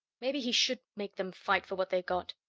maybe he should make them fight for what they got!